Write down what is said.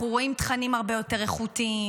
אנחנו רואים תכנים הרבה יותר איכותיים,